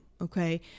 Okay